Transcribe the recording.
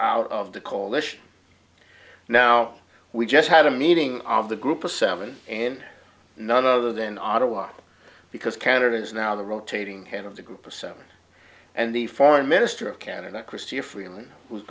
out of the coalition now we just had a meeting of the group of seven and none other than ottawa because canada is now the rotating head of the group of seven and the foreign minister of canada